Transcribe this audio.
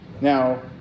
Now